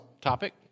topic